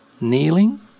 kneeling